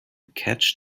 catch